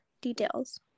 details